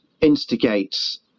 instigates